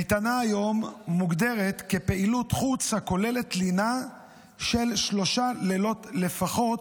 קייטנה היום מוגדרת כפעילות חוץ הכוללת לינה של שלושה לילות לפחות,